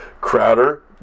Crowder